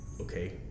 okay